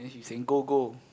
then he saying go go